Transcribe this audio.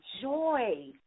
joy